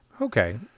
Okay